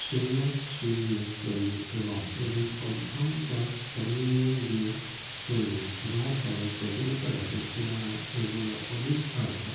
stainless steel দিয়ে তৈরি এবং এদের অভ্যন্তর অ্যালুমিনিয়াম দিয়ে তৈরি যার ফলে প্রচলিত র্যাকের তুলনায় এগুলো অধিক হালকা